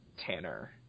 Tanner